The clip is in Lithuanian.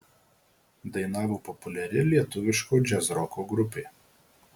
dainavo populiari lietuviško džiazroko grupė